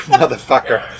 motherfucker